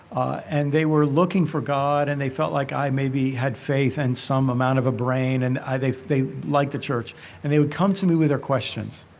ah and they were looking for god and they felt like i maybe had faith and some amount of a brain and they they liked the church and they would come to me with their questions.